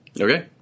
Okay